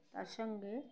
তার সঙ্গে